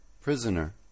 prisoner